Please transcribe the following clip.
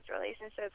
relationships